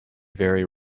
very